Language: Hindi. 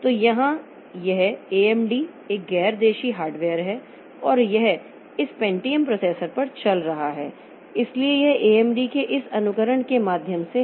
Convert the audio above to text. तो यहाँ यह AMD एक गैर देशी हार्डवेयर है और यह इस Pentium प्रोसेसर पर चल रहा है इसलिए यह AMD के इस अनुकरण के माध्यम से है